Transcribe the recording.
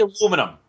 aluminum